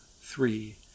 three